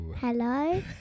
Hello